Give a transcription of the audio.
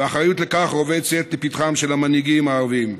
והאחריות לכך רובצת לפתחם של המנהיגים הערבים.